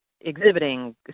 exhibiting